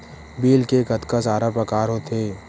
Bill के कतका सारा प्रकार होथे?